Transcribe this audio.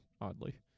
oddly